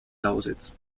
lausitz